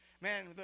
Man